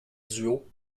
duos